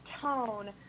tone